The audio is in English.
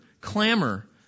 clamor